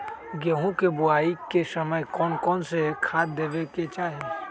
गेंहू के बोआई के समय कौन कौन से खाद देवे के चाही?